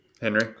henry